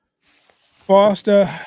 Foster